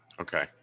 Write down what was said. Okay